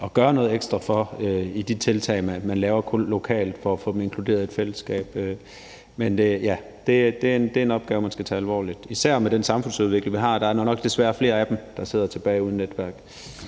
at gøre noget ekstra for i de tiltag, man laver lokalt for at få dem inkluderet i et fællesskab. Men det er en opgave, man skal tage alvorligt, især med den samfundsudvikling, vi har. Der er nok desværre flere af dem, der sidder tilbage uden netværk.